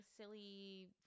silly